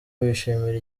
bishimira